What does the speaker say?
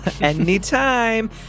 Anytime